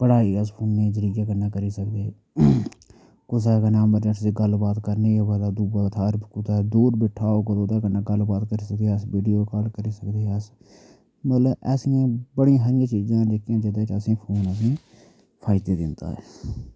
पढ़ाई अस फोनै दै जरिये कन्नै करी सकदे कुसै कन्नै मतलब गल्ल बात करनी होऐ तां दूऐ थाहर कुदै दूर बैठा दा होग ते ओह्दे कन्नै गल्ल बात करी सकदे ते अस वीडियो कॉल करी सकदे अस मतलब ऐसियां बड़ियां सारियां चीजां जेह्कियां जेह्दे च फोन असें गी फायदे दिंदा ऐ